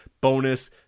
bonus